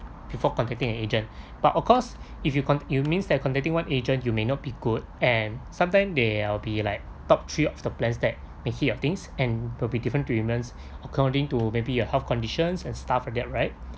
before contacting an agent but of course if you con~ you means that contacting one agent you may not be good and sometimes they will be like top three of the plans that that hit your things and will be different premiums according to maybe your health conditions and stuff like that right